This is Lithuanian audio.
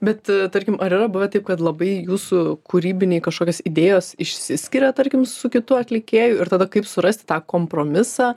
bet tarkim ar yra buvę taip kad labai jūsų kūrybiniai kažkokios idėjos išsiskiria tarkim su kitu atlikėju ir tada kaip surasti tą kompromisą